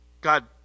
God